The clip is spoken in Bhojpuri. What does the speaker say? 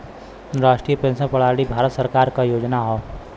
राष्ट्रीय पेंशन प्रणाली भारत सरकार क योजना हौ